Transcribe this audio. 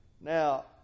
Now